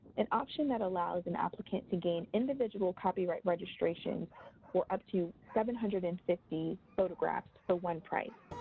an option that allows an applicant to gain individual copyright registration for up to seven hundred and fifty photographs for one price.